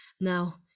now